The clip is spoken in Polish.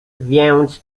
więc